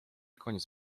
koniec